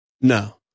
No